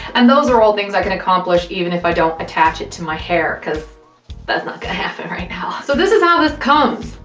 and those are all things i can accomplish even if i don't attach it to my hair cause that's not gonna happen right now. so this is how um this comes,